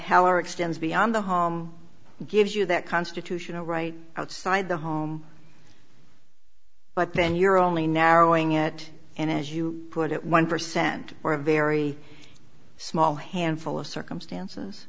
heller extends beyond the home gives you that constitutional right outside the home but then you're only narrow going at and as you put it one percent or a very small handful of circumstances